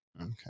okay